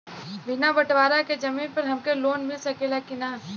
बिना बटवारा के जमीन पर हमके लोन मिल सकेला की ना?